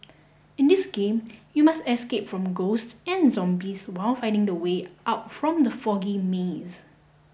in this game you must escape from ghosts and zombies while finding the way out from the foggy maze